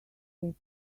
that